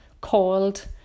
called